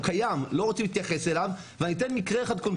הוא קיים אבל לא רוצים להתייחס אליו ואני אתן מקרה אחד קונקרטי.